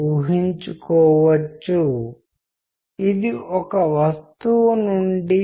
ఎందుకంటే ఇవి అబద్ధాలు చెప్పడానికి మరియు నిజం చెప్పడానికి ముడిపడి ఉంటాయి